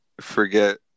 forget